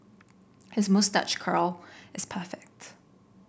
his moustache curl is perfect